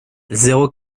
zéro